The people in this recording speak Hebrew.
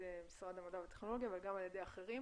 משרד המדע והטכנולוגיה וגם על ידי אחרים,